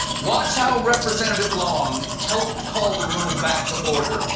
watch how representative long helped call the room back to order